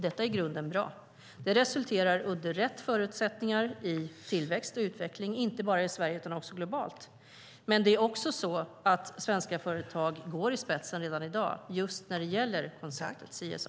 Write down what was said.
Detta är i grunden bra och resulterar under rätt förutsättningar i tillväxt och utveckling, inte bara i Sverige utan också globalt. Men det är också så att svenska företag går i spetsen redan i dag just när det gäller konceptet CSR.